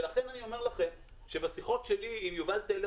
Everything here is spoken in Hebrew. לכן אני אומר לכם שבשיחות שלי עם יובל טלר